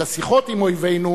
את השיחות עם אויבינו,